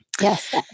Yes